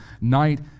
night